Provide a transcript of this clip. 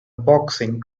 boxing